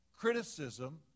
Criticism